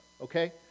okay